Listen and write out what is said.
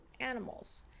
animals